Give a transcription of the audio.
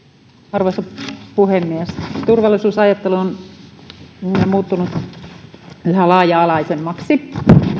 arvoisa puhemies turvallisuusajattelu on muuttunut yhä laaja alaisemmaksi